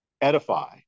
edify